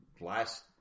last